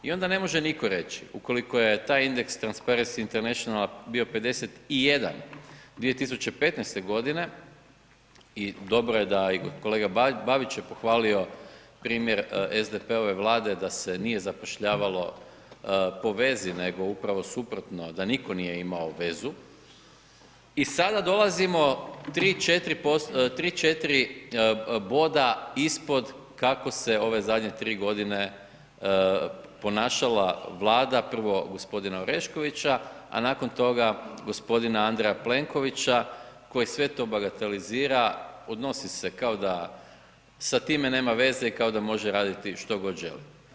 I onda ne može nitko reći ukoliko je taj indeks Transparency Internationala bio 51 2015. godine i dobro je da i kolega Babić je pohvalio primjer SDP-ove vlade da se nije zapošljavalo po vezi, nego upravo suprotno, da nitko nije imao vezu i sada dolazimo 3,4 boda ispod kako se ove zadnje 3 godine ponašala vlada, prvo gospodina Oreškovića, a nakon toga gospodina Andreja Plenkovića, koji sve to bagatelizira, odnosi se kao da sa time nema veze i kao da može raditi što god želi.